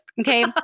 okay